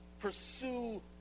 pursue